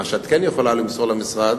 מה שאת כן יכולה למסור,